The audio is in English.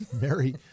Mary